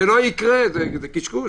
זה קשקוש.